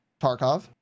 Tarkov